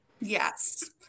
Yes